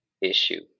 issue